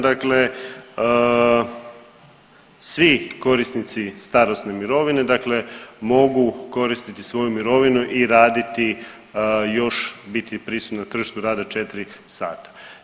Dakle svi korisnici starosne mirovine dakle mogu koristiti svoju mirovinu i raditi, još biti prisutan na tržištu rada 4 sata.